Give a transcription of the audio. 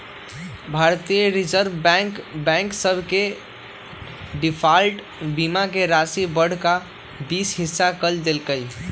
भारतीय reserve bank bank सभ के डिफॉल्ट बीमा के राशि बढ़ा कऽ बीस हिस क देल्कै